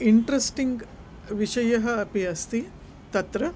इन्ट्रेस्टिङ्ग्विषयः अपि अस्ति तत्र